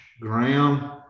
Graham